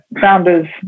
founders